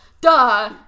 duh